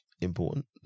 important